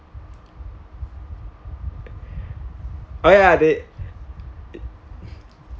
oh ya they